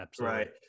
Right